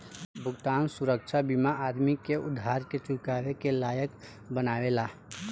भुगतान सुरक्षा बीमा आदमी के उधार के चुकावे के लायक बनावेला